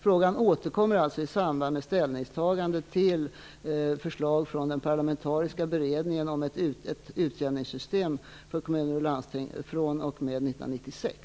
Frågan återkommer alltså i samband med ställningstagandet till förslag från den parlamentariska beredningen om ett utjämningssystem för kommuner och landsting fr.o.m. 1996.